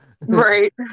right